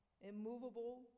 immovable